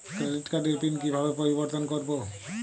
Credit কার্ডের PIN কিভাবে পরিবর্তন করবো?